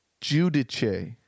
Judice